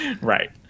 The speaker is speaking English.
Right